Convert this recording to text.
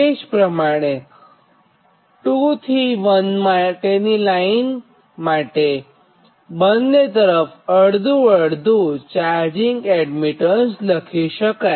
એ જ પ્રમાણે 2 થી 1 માટેની લાઇન માટે બંને તરફ અડઘું અડધું ચાર્જિંગ એડમીટન્સ લખી શકાય